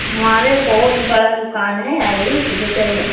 हमारी बहुत बड़ी दुकान है आएं ले जाएं